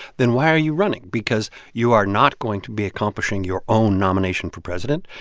then why are you running, because you are not going to be accomplishing your own nomination for president.